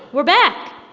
we're back.